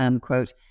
quote